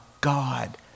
God